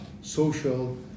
social